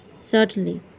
Certainly